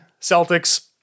Celtics